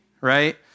right